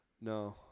No